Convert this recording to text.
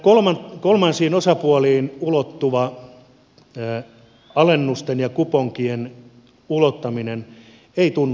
tämä kolmansiin osapuoliin ulottuva alennusten ja kuponkien ulottaminen ei tunnu terveelle